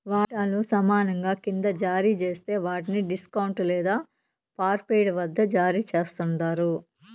వాటాలు సమానంగా కింద జారీ జేస్తే వాట్ని డిస్కౌంట్ లేదా పార్ట్పెయిడ్ వద్ద జారీ చేస్తండారు